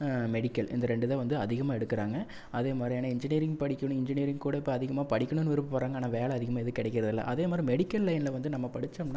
medical இந்த ரெண்டு தான் வந்து அதிகமாக எடுக்கிறாங்க அதேமாதிரியான இன்ஜினியரிங் படிக்கணும் இன்ஜினியரிங் கூட இப்போ அதிகமாக படிக்கிணும்னு விருப்பப்படுறாங்க ஆனால் வேலை அதிகமாக எதுவும் கிடைக்கிறதில்ல அதேமாதிரி மெடிக்கல் லைனில் வந்து நம்ம படித்தோம்ன்னா